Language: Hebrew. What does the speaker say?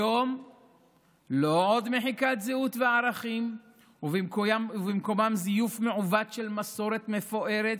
היום לא עוד מחיקת זהות וערכים ובמקומם זיוף מעוות של מסורת מפוארת,